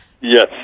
Yes